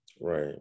right